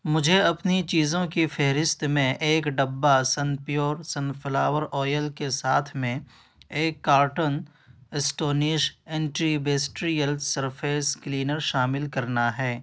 مجھے اپنی چیزوں کی فہرست میں ایک ڈبہ Sunpure sunflower oil کے ساتھ میں ایک carton Astonish antibacterial surface cleanser شامل کرنا ہے